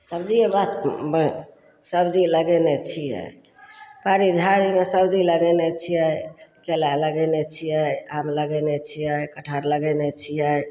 सब्जी सब्जी लगेने छियै बाड़ी झाड़ीमे सब्जी लगेने छियै केला लगेने छियै आम लगेने छियै कटहर लगेने छियै